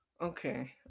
Okay